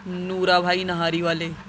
نورا بھائی نہاری والے